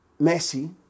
Messi